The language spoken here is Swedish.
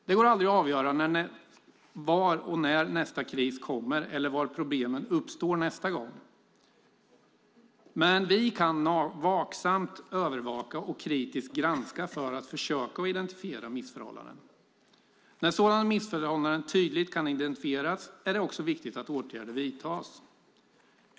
Det går aldrig att avgöra var och när nästa kris kommer eller var problemen uppstår nästa gång, men vi kan vaksamt övervaka och kritiskt granska för att försöka identifiera missförhållanden. När sådana missförhållanden tydligt kan identifieras är det också viktigt att åtgärder vidtas.